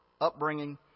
upbringing